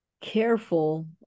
careful